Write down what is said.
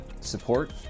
support